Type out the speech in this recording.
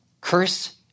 curse